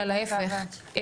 אלא להפך,